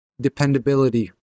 dependability